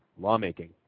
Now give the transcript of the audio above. lawmaking